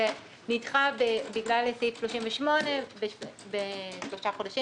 זה נדחה בגלל סעיף 38 בשלושה חודשים,